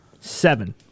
Seven